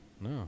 No